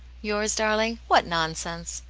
yours, darling? what nonsense.